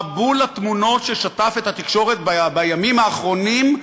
מבול התמונות ששטף את התקשורת בימים האחרונים,